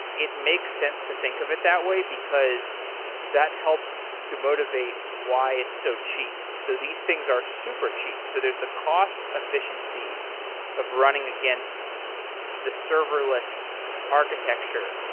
it makes sense to think of it that way because that helps to motivate why it's so cheap. so these things are super cheap. so there's the cost efficiency of running against the serverless architecture,